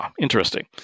interesting